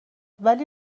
ولی